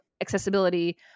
accessibility